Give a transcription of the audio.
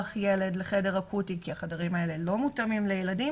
ילד לחדר אקוטי כי החדרים האלה לא מותאמים לילדים.